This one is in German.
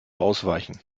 ausweichen